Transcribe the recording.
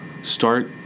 Start